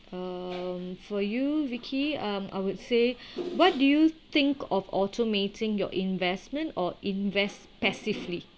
um for you vicky um I would say what do you think of automating your investment or invest passively